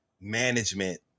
management